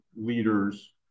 leaders